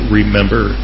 remember